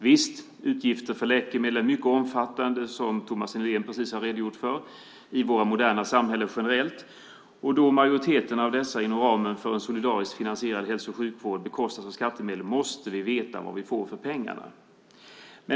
Visst är utgifterna för läkemedel mycket omfattande i vårt moderna samhälle generellt, som Thomas Nihlén just har redogjort för. Då majoriteten av dessa inom ramen för en solidariskt finansierad hälso och sjukvård bekostas av skattemedel måste vi veta vad vi får för pengarna.